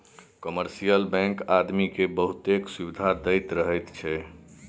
commercial bank आदमी केँ बहुतेक सुविधा दैत रहैत छै